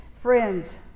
friends